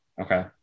okay